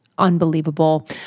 unbelievable